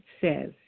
says